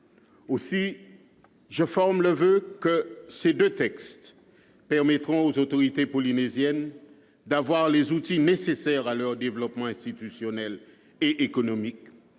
Je forme le voeu que ces deux textes permettent aux autorités polynésiennes de disposer des outils nécessaires à leur développement institutionnel et économique,